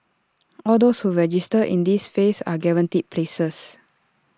all those who register in this phase are guaranteed places